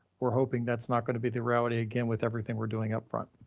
we're hoping that's not gonna be the reality again with everything we're doing upfront.